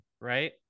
right